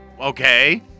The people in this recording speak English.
Okay